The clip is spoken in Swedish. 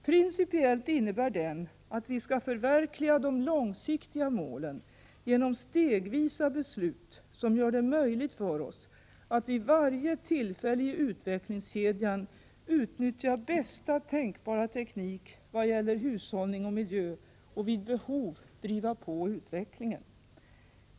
Principiellt innebär den att vi skall förverkliga de långsiktiga målen genom stegvisa beslut som gör det möjligt för oss att vid varje tillfälle i utvecklingskedjan utnyttja bästa tänkbara teknik vad gäller hushållning och miljö och vid behov driva på utvecklingen.